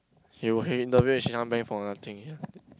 you will hate interview she come back for nothing ya